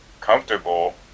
comfortable